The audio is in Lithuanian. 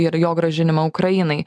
ir jo grąžinimą ukrainai